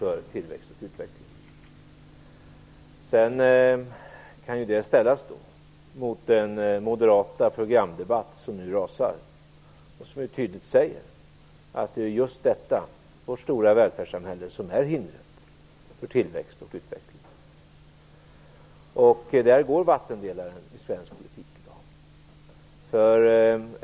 Sedan kan det ställas mot den moderata programdebatt som nu rasar där det tydligt sägs att det är just detta, vårt stora välfärdssamhälle, som är hindret för tillväxt och utveckling. Där går vattendelaren i svensk politik i dag.